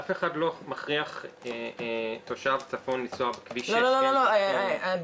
אף אחד לא מכריח תושב צפון לנסוע בכביש 6. אדוני,